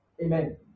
Amen